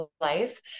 life